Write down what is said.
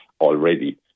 already